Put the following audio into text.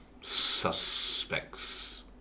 Suspects